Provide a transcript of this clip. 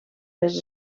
les